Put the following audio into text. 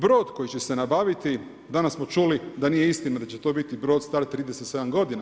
Brod koji će se nabaviti, danas smo čuli da nije istina da će to biti brod star 37 godina.